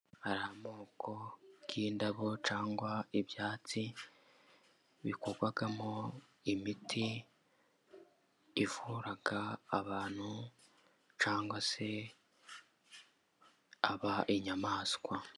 Amoko y'indabo cyangwa ibyatsi bibamo imiti ivura abantu cyangwa se inyamaswa.